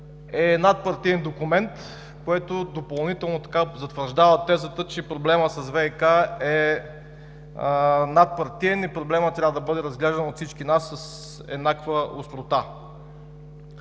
е надпартиен документ, което допълнително затвърждава тезата, че проблемът с ВиК е надпартиен и проблемът трябва да бъде разглеждан от всички нас с еднаква острота.